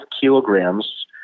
kilograms